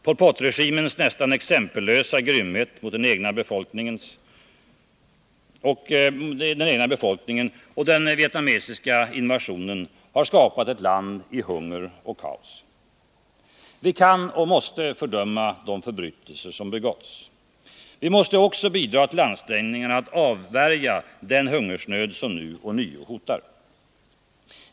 Pol Pot-regimens nästan exempellösa grymhet mot den egna befolkningen och den vietnamesiska invasionen har skapat ett land i hunger och kaos. Vi kan och måste fördöma de förbrytelser som begåtts. Vi måste också bidra till ansträngningarna att avvärja den hungersnöd som nu ånyo hotar.